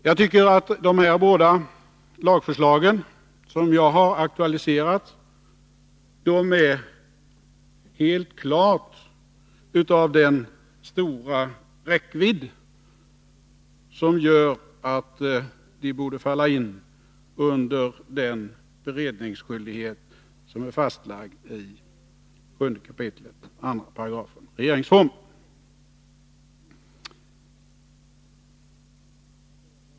Jag anser att de båda lagförslag som jag har aktualiserat har så stor räckvidd att de borde falla in under den beredningsskyldighet som är fastlagd i 7 kap. 28 regeringsformen.